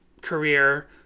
career